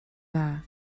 dda